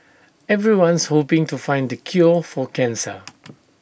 everyone's hoping to find the cure for cancer